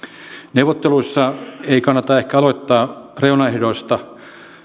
neuvotteluissa ei kannata ehkä aloittaa reunaehdoista